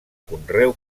conreu